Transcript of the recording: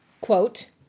quote